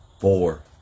Four